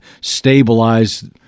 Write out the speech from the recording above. stabilize